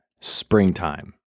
springtime